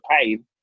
pain